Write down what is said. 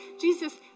Jesus